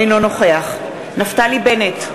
אינו נוכח נפתלי בנט,